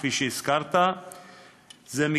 כפי שהזכרת כבר,